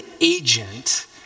agent